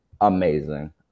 amazing